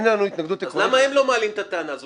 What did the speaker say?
אין התנגדות עקרונית --- אז למה הם לא מעלים את הטענה הזו?